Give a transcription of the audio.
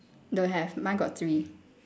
don't have mine got three